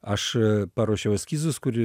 aš paruošiau eskizus kur